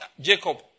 Jacob